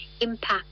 impact